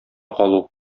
калу